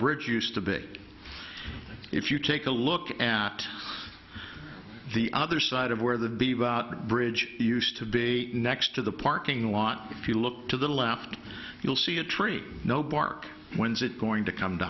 bridge used to be if you take a look at the other side of where the bridge used to be next to the parking lot if you look to the left you'll see a tree no bark when's it going to come